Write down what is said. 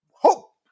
hope